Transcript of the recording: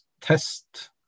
test